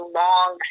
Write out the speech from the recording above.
long